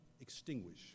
extinguish